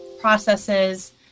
processes